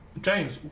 James